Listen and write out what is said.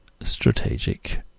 strategic